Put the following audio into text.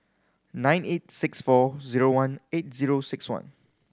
nine eight six four zero one eight zero six one